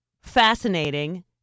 fascinating